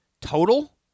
Total